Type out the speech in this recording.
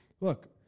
Look